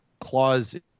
clause